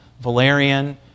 Valerian